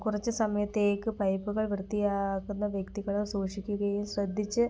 കുറച്ച് സമയത്തേക്ക് പൈപ്പുകൾ വൃത്തിയാക്കുന്ന വ്യക്തികളും സൂഷിക്കുകയും ശ്രദ്ധിച്ച്